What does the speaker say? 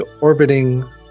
Orbiting